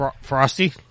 frosty